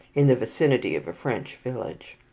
in the vicinity of a french village.